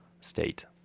state